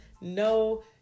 no